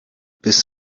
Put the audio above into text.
bis